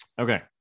okay